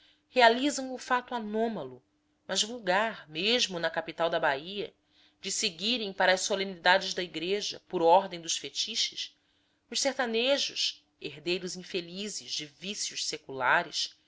realizam o fato anômalo mas vulgar mesmo na capital da bahia de seguirem para as solenidades da igreja por ordem dos fetiches os sertanejos herdeiros infelizes de vícios seculares